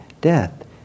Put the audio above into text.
death